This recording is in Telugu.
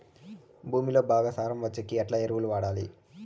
భూమిలో బాగా సారం వచ్చేకి ఎట్లా ఎరువులు వాడాలి?